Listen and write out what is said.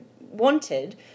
wanted